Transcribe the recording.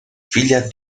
filla